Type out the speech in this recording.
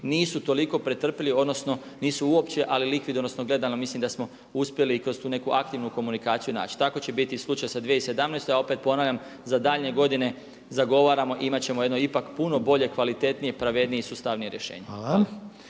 nisu toliko pretrpjeli, odnosno nisu uopće ali likvid, odnosno gledano mislim da smo uspjeli i kroz tu neku aktivnu komunikaciju naći. Tako će biti i slučaj sa 2017. a opet ponavljam za daljnje godine zagovaramo i imati ćemo jedno ipak puno bolje, kvalitetnije, pravednije i sustavnije rješenje.